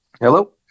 Hello